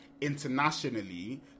internationally